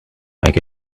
make